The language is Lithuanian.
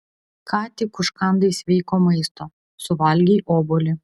ką tik užkandai sveiko maisto suvalgei obuolį